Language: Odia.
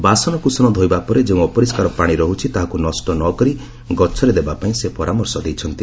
ବାସନକୁସନ ଧୋଇବା ପରେ ଯେଉଁ ଅପରିଷ୍କାର ପାଣି ରହୁଛି ତାହାକୁ ନଷ୍ଟ ନ କରି ଗଛରେ ଦେବାପାଇଁ ସେ ପରାମର୍ଶ ଦେଇଛନ୍ତି